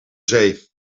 zee